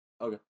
Okay